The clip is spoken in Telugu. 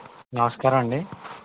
నమస్కారం అండి